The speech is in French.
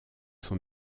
son